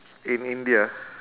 in india